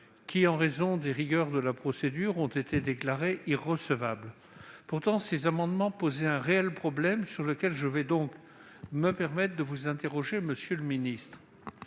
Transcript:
qui, en raison des rigueurs de la procédure, ont été déclarés irrecevables. Pourtant, par ces amendements, nous soulevions un réel problème, sur lequel je vais donc me permettre de vous interroger, monsieur le secrétaire